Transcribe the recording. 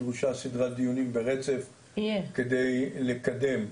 דרושה סדרת דיונים ברצף כדי לקדם.